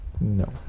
No